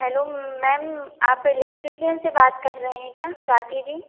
hello ma'am आप एलेकचुटियन से बात कर रहीं हैं क्या स्वाती जी